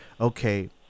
okay